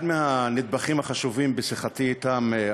אחד מהנדבכים החשובים בשיחתי אתם,